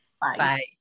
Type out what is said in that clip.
Bye